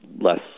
less